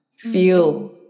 Feel